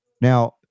now